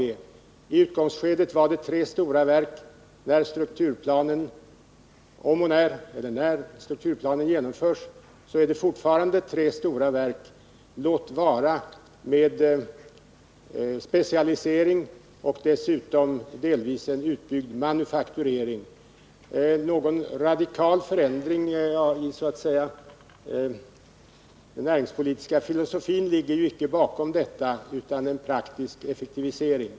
Det var i utgångsskedet fråga om tre stora verk och när strukturplanen genomförts gäller den fortfarande tre stora verk — låt vara med specialisering och dessutom en delvis utbyggd manufakturering. Någon radikal förändring av den näringspolitiska filosofin ligger icke bakom detta, bara en praktisk effektivisering.